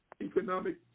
economic